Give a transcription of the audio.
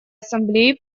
ассамблеи